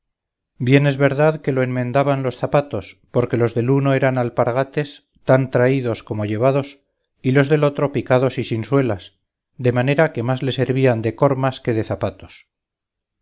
bien es verdad que lo enmendaban los zapatos porque los del uno eran alpargates tan traídos como llevados y los del otro picados y sin suelas de manera que más le servían de cormas que de zapatos